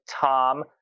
Tom